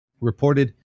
reported